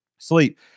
Sleep